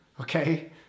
Okay